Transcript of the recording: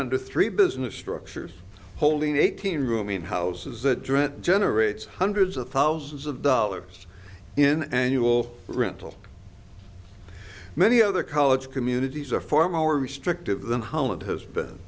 under three business structures holding eighteen rooming houses that dread generates hundreds of thousands of dollars in annual rental many other college communities are former restrictive than holland has been